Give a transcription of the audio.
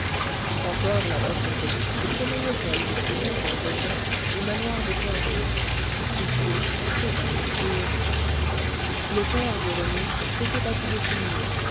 encore la passion politique sommeillait elle depuis longemps déjà au manoir de kervoz situé entre vannes et auray le père de rené s'était battu de son mieux